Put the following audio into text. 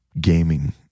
gaming